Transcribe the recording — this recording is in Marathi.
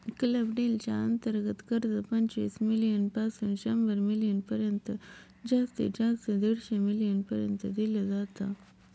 क्लब डील च्या अंतर्गत कर्ज, पंचवीस मिलीयन पासून शंभर मिलीयन पर्यंत जास्तीत जास्त दीडशे मिलीयन पर्यंत दिल जात